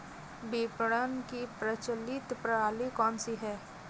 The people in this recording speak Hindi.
विपणन की प्रचलित प्रणाली कौनसी है?